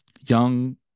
young